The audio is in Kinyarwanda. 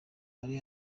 ari